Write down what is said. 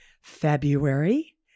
February